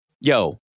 yo